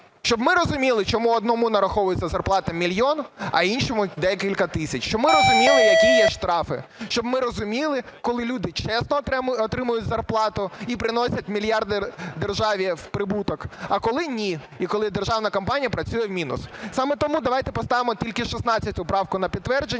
Щоб ми розуміли, чому одному нараховується зарплата мільйон, а іншому декілька тисяч, щоб ми розуміли, які є штрафи, щоб ми розуміли, коли люди чесно отримують зарплату і приносять мільярди державі в прибуток, а коли ні, і коли державна компанія працює в мінус. Саме тому давайте поставимо тільки 16 правку на підтвердження.